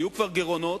כבר היו גירעונות,